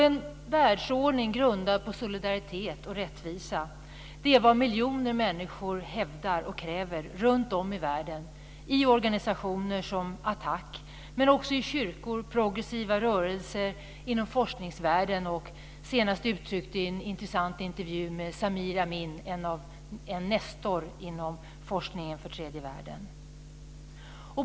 En världsordning grundad på solidaritet och rättvisa är vad miljoner människor hävdar och kräver runt om i världen i organisationer som ATTAC, men också i kyrkor, i progressiva rörelser, inom forskningsvärlden och senast uttryckt i en intressant intervju med Samir Amin, en nestor inom forskning för tredje världen.